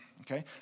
okay